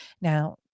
Now